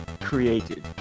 created